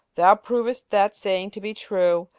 thou provest that saying to be true,